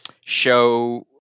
show